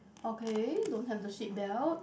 okay don't have the seatbelt